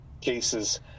cases